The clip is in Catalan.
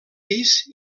pis